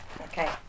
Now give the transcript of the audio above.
Okay